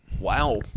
Wow